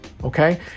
Okay